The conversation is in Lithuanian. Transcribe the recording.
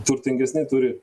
turtingesni turi